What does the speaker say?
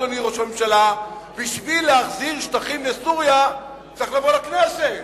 אדוני ראש הממשלה: בשביל להחזיר שטחים לסוריה צריך לבוא לכנסת.